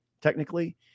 technically